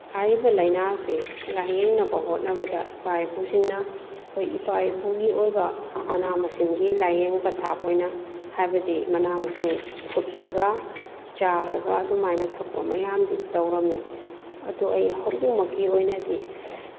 ꯍꯥꯏꯔꯤꯕ ꯂꯥꯏꯅꯥ ꯑꯁꯤ ꯂꯥꯏꯌꯦꯡꯅꯕ ꯍꯣꯠꯅꯕꯗ ꯏꯄꯥ ꯏꯄꯨꯁꯤꯡꯅ ꯑꯩꯈꯣꯏ ꯏꯄꯥ ꯏꯄꯨꯒꯤ ꯑꯣꯏꯕ ꯃꯅꯥ ꯃꯁꯤꯡꯒꯤ ꯂꯥꯏꯌꯦꯡ ꯄꯊꯥꯞ ꯑꯣꯏꯅ ꯍꯥꯏꯕꯗꯤ ꯃꯅꯥ ꯃꯁꯤꯡ ꯐꯨꯠꯂꯒ ꯆꯥꯔꯒ ꯑꯗꯨꯃꯥꯏꯅ ꯊꯛꯄ ꯃꯌꯥꯝꯗꯨ ꯇꯧꯔꯝꯃꯦ ꯑꯗꯣ ꯑꯩ ꯍꯧꯖꯤꯛꯃꯛꯀꯤ ꯑꯣꯏꯅꯗꯤ